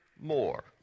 more